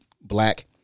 Black